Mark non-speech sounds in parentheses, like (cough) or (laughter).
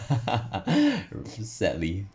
(laughs) so sadly